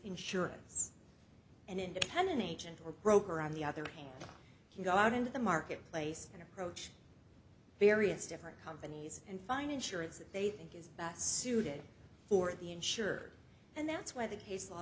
insurance and independent agent or broker on the other hand can go out into the marketplace and approach various different companies and find insurance that they think is best suited for the insured and that's why the case law